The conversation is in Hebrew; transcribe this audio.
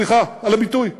סליחה על הביטוי.